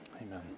Amen